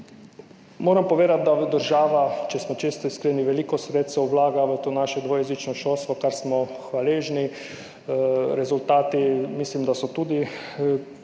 Moram povedati, da država, če smo čisto iskreni, veliko sredstev vlaga v to naše dvojezično šolstvo, za kar smo hvaležni. Rezultati mislim, da so tudi temu